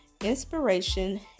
inspiration